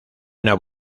una